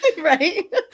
right